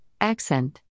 accent